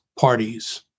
parties